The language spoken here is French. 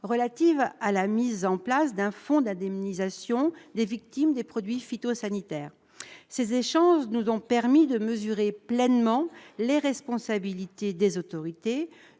portant création d'un fonds d'indemnisation des victimes de produits phytopharamaceutiques. Ces échanges nous ont permis de mesurer pleinement les responsabilités des autorités,